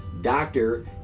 doctor